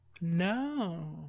No